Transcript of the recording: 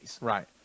Right